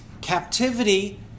captivity